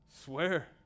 Swear